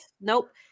Nope